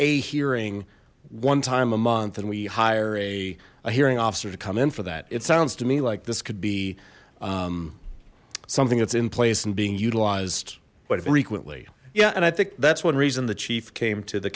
a hearing one time a month and we hire a hearing officer to come in for that it sounds to me like this could be something that's in place and being utilized but frequently yeah and i think that's one reason the chief came to the